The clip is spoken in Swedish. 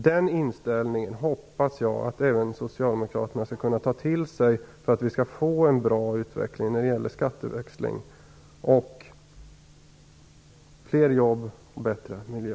Den inställningen hoppas jag att även socialdemokraterna skall kunna ta till sig för att vi skall få en bra utveckling när det gäller skatteväxling, fler jobb och bättre miljö.